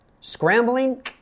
Scrambling